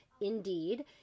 indeed